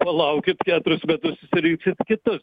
palaukit keturis metus išsirinksit kitus